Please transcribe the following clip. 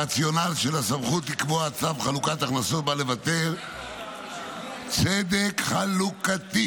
הרציונל של הסמכות לקבוע צו חלוקת הכנסות בא לבטא צדק חלוקתי: